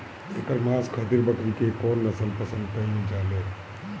एकर मांस खातिर बकरी के कौन नस्ल पसंद कईल जाले?